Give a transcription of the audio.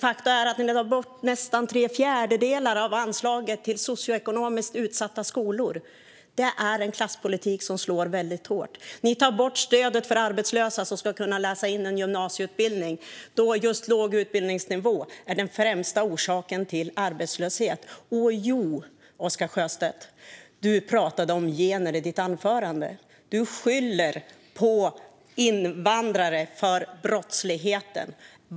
Faktum är att ni tar bort nästan tre fjärdedelar av anslaget till socioekonomiskt utsatta skolor. Det är en klasspolitik som slår väldigt hårt. Ni tar bort stödet för arbetslösa som ska kunna läsa in en gymnasieutbildning. Just låg utbildningsnivå är den främsta orsaken till arbetslöshet. Åjo, Oscar Sjöstedt: Du talade om gener i ditt anförande. Du skyller brottsligheten på invandrare.